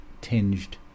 tinged